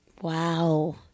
Wow